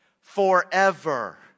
forever